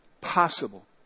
possible